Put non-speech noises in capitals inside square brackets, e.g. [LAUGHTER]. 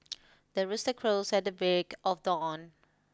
[NOISE] the rooster crows at the break of dawn